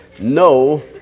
No